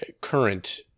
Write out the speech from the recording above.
current